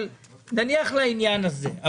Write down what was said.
אבל נניח לעניין הזה.